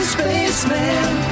Spaceman